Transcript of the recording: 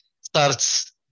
starts